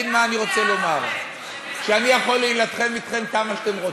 אני אגיד מה אני רוצה לומר: אני יכול להילחם אתכן כמה שאתן רוצות,